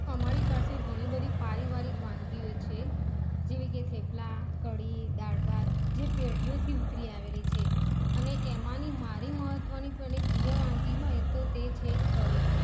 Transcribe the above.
અમારી પાસે ઘણી બધી પારિવારિક વાનગીઓ છે જેવી કે થેપલા કઢી દાળભાત જે પેઢીઓથી ઉતરી આવેલી છે અને એમાંની મારી મહત્ત્વની મને પ્રિય વાનગી હોય તો તે છે કઢી